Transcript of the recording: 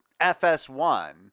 FS1